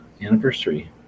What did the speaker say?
anniversary